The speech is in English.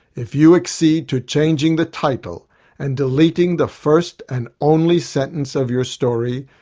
if you accede to changing the title and deleting the first and only sentence of your story,